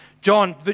John